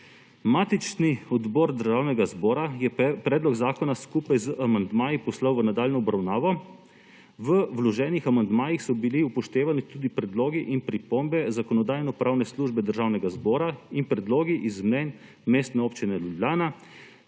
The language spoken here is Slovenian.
Matični odbor Državnega zbora je predlog zakona skupaj z amandmaji poslal v nadaljnjo obravnavo. V vloženih amandmajih so bili upoštevani tudi predlogi in pripombe Zakonodajno-pravne službe Državnega zbora in predlogi iz mnenj Mestne občine Ljubljana,